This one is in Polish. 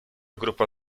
grupa